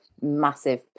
massive